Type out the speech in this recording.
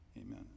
Amen